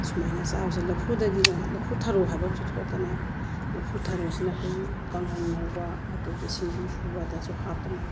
ꯁꯨꯃꯥꯏꯅ ꯆꯥꯕꯁꯦ ꯂꯐꯨꯗꯒꯤꯅ ꯂꯐꯨ ꯊꯔꯣ ꯍꯥꯏꯕ ꯑꯃꯁꯨ ꯊꯣꯛꯇꯅ ꯂꯐꯨ ꯊꯔꯣꯁꯤꯅ ꯑꯩꯈꯣꯏꯒꯤ ꯀꯥꯡꯍꯧ ꯉꯧꯕ ꯑꯗꯒꯤ ꯁꯤꯡꯖꯨ ꯁꯨꯕꯗꯁꯨ ꯍꯥꯞꯇꯅ